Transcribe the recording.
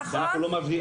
נכון.